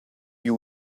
you